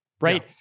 Right